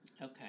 Okay